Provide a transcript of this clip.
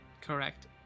correct